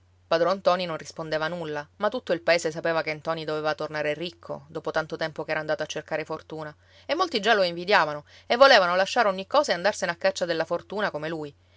padron ntoni non rispondeva nulla ma tutto il paese sapeva che ntoni doveva tornare ricco dopo tanto tempo ch'era andato a cercare fortuna e molti già lo invidiavano e volevano lasciar ogni cosa e andarsene a caccia della fortuna come lui